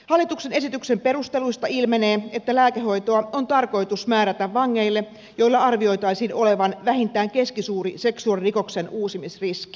hallituksen esityksen perusteluista ilmenee että lääkehoitoa on tarkoitus määrätä vangeille joilla arvioitaisiin olevan vähintään keskisuuri seksuaalirikoksen uusimisriski